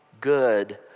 good